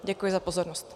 Děkuji za pozornost.